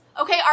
okay